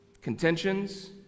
contentions